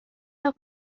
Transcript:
los